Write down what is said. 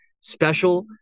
special